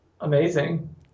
Amazing